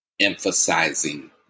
emphasizing